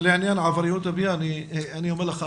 ולעניין עבריינות הבנייה אני אומר לך,